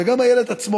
וגם הילד עצמו,